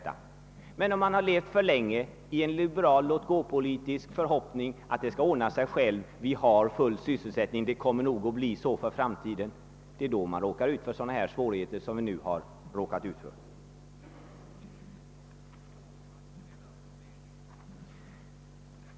Har man däremot levt för länge i en liberal låtgåpolitisk förhoppning att det skall ordna sig och att det kommer att bli full sysselsättning i framtiden, råkar man ut för sådana svårigheter som vi har råkat ut för.